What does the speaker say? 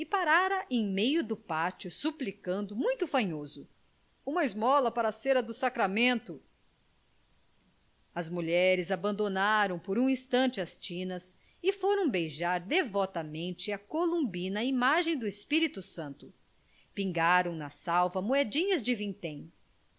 parara em meio do pátio suplicando muito fanhoso uma esmola para a cera do sacramento as mulheres abandonaram por um instante as tinas e foram beijar devotamente a colombina imagem do espírito santo pingaram na salva moedinhas de vintém